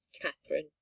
Catherine